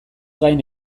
gain